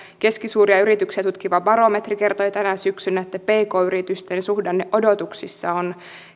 keskisuuria yrityksiä tutkiva barometri kertoi tänä syksynä että pk yritysten suhdanneodotuksissa on